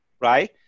right